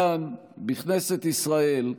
כאן, בכנסת ישראל,